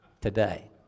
today